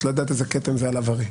את לא יודעת איזה כתם זה על עברי.